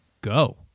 go